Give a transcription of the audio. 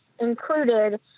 included